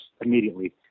immediately